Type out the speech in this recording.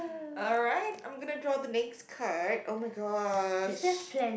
alright I'm gonna draw the next card oh-my-gosh